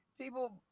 people